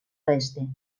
oeste